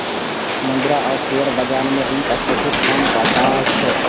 मुद्रा आ शेयर बाजार मे ई अत्यधिक आम बात छै